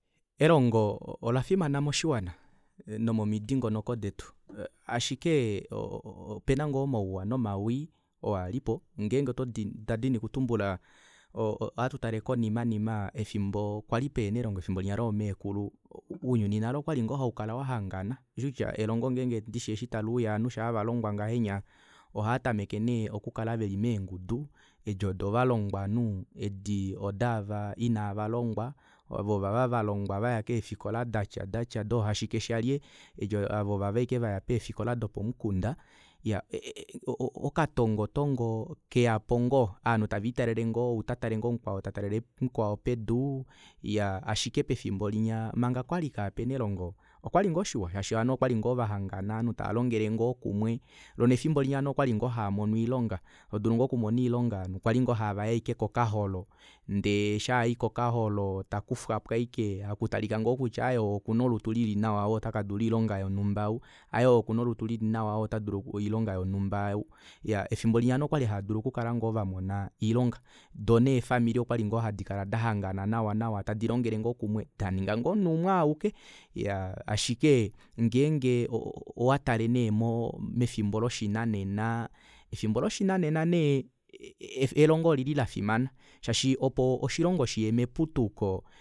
Elongo olafimana moshiwana nomomidingonoko detu ashike opena ngoo omauwa nomawii oo alipo ngenge ototi ndadini okutumbula ngenge ohatu tale konima nima efimbo linya pali pehena elongo efimbo linya loomekulu ounyuni nale okwali ngoo haukala wahangana ushikutya elongo ngenge taliuya shaa ovanhu valongwa ngahenya ohaatameke nee okukala veli meengudu edi odovalongwanhu edi odaava inavalongwa ava ovava valongwa vaya keefikola datya datya doohashike shalye ova ovava ashike vaya peefikola dopomukunda iya okatongo tongo keyapo ngoo ovanhu taviitalele ngoo outatalele mukwao pedu iyaa shike pefimbo linya manga kwali kapena elongo okwali ngoo shiwa shaashi ovanhu okwali ngoo vahangana ovanhu tava longele ngoo kumwe loo nefimbo linya ovanhu okwali ngoo havamono oilonga todulu ngoo okumona oilonga ovanhu kwali ashike havai kokaholo ndee shaa ai kokaholo takufwapo ashike haku talika ngoo kutya aaye oku okuna olutu lili nawa ou takadula oilonga yonumba ou aaye ou okuna olutu lili nawa otadulu oilonga yonumba iyaa efimbo linya ovanhu okwali ngoo hadulu okukala vamona oilonga todulu doo neefamili okwali ngoo hadikala dahangana nawa nawa tadi longele ngoo kumwe daninga ngoo omunhu umwe aauke iyaa ashike ngeefnge owatale nee mefimbo loshinanena efimbo loshinanena nee elongo olili lafimana shaashi opo oshilongo shiye meputuko